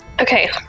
Okay